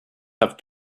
have